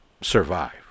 survive